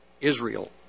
Israel